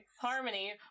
Harmony